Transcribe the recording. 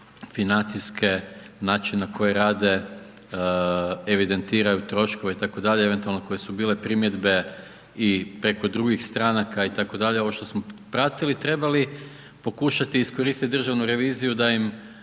financijske, način na koji rade, evidentiraju troškove itd., eventualno koje su bile primjedbe i preko drugih stranaka itd., ovo što smo popratili, trebali pokušati iskoristiti Državnu reviziju da im